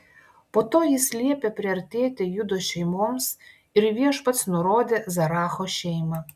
po to jis liepė priartėti judo šeimoms ir viešpats nurodė zeracho šeimą